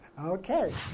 Okay